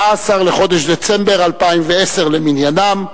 14 בחודש דצמבר 2010 למניינם.